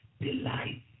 delight